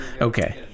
Okay